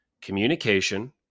communication